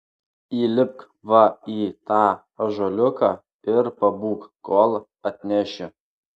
įlipk va į tą ąžuoliuką ir pabūk kol atnešiu